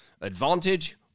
advantage